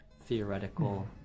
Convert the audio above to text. theoretical